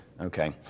Okay